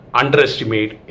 underestimate